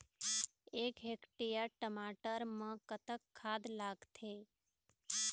एक हेक्टेयर टमाटर म कतक खाद लागथे?